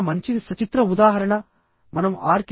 చాలా మంచి సచిత్ర ఉదాహరణమనం ఆర్